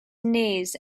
knees